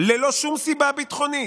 ללא שום סיבה ביטחונית,